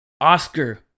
Oscar